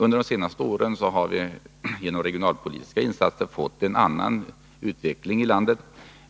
Under de senaste åren har vi genom regionalpolitiska insatser fått en annan utveckling i landet.